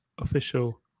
official